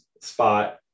spot